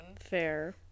Fair